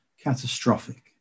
catastrophic